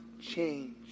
change